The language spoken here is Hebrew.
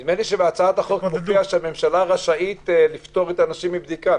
נדמה לי שבהצעת החוק כתוב שהממשלה רשאית לפטור אנשים מבדיקה.